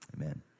Amen